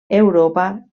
europa